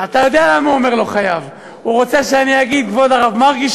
אתה יודע למה הוא אומר "לא חייב" הוא רוצה שאני אגיד: כבוד הרב מרגי,